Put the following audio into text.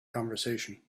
conversation